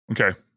Okay